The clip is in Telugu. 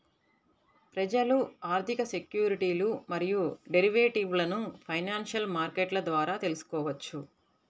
ప్రజలు ఆర్థిక సెక్యూరిటీలు మరియు డెరివేటివ్లను ఫైనాన్షియల్ మార్కెట్ల ద్వారా తెల్సుకోవచ్చు